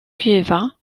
cueva